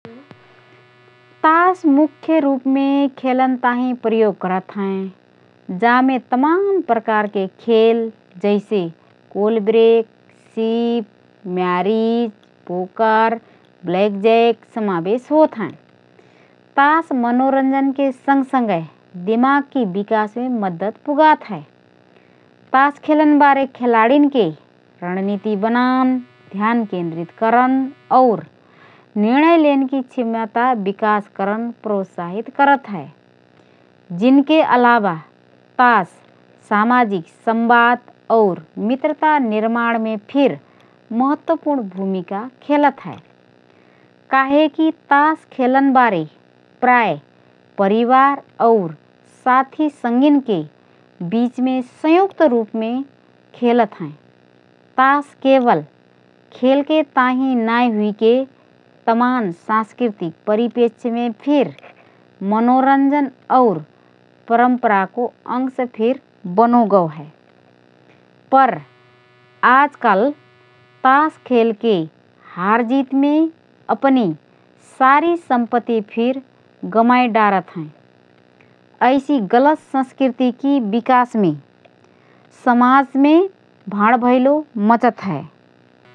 तास मुख्य रूपमे खेलन ताहिँ प्रयोग करत हएँ। जामे तमान प्रकारके खेल जैसे: कोलब्रेक, शीप, म्यारिज, पोकर, ब्लैकजैक समावेश होतहएँ। तास मनोरञ्जनके सँगसँग दिमागकी विकासमे मद्दत पुगात हए। तास खेलनबारे खिलाडीनके रणनीति बनान, ध्यान केन्द्रीत करन और निर्णय लेनकी क्षमता विकास करन प्रोत्साहित करत हए। जिनके अलावा तास सामाजिक संवाद और मित्रता निर्माणमे फिर महत्वपूर्ण भूमिका खेलत हए। काहेकी तास खेलनबारे प्रायः परिवार और साथी संगिनके बीचमे संयुक्त रुपमे खेलत हएँ। तास केवल खेलके ताहिँ नाएँ हुइके तमान सांस्कृतिक परिप्रेक्ष्यमे फिर मनोरञ्जन और परम्पराको अंश फिर बनोगओ हए। पर आजकल तास खेलके हराजितिमे अपनि सारी सम्पति फिर गमाएँ डारत हएँ। ऐसि गलत संस्कृतिकी विकाससे समाजमे भाँडभैलो मचत हए।